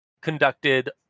conducted